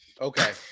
Okay